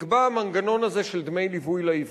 נקבע המנגנון הזה של דמי ליווי לעיוורים.